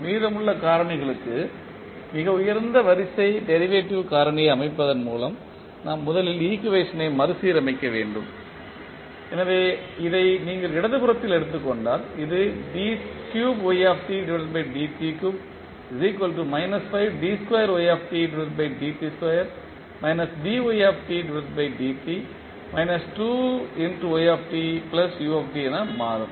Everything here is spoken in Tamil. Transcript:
மீதமுள்ள காரணிகளுக்கு மிக உயர்ந்த வரிசை டெரிவேட்டிவ் காரணியை அமைப்பதன் மூலம் நாம் முதலில் ஈக்குவேஷனை மறுசீரமைக்க வேண்டும் எனவே இதை நீங்கள் இடதுபுறத்தில் எடுத்துக் கொண்டால் இது என மாறும்